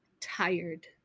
tired